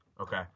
Okay